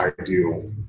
ideal